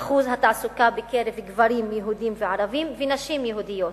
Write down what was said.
מאחוזי התעסוקה בקרב גברים יהודים וערבים ונשים יהודיות,